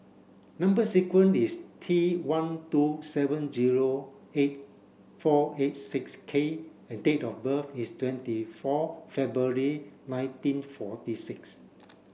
number sequence is T one two seven zero eight four eight six K and date of birth is twenty four February nineteen forty six